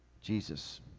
Jesus